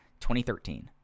2013